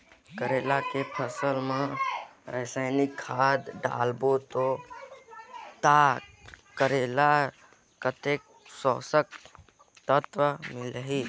करेला के फसल मा रसायनिक खाद डालबो ता करेला कतेक पोषक तत्व मिलही?